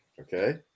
Okay